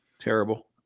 Terrible